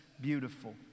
beautiful